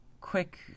quick